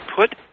put